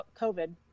COVID